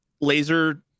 laser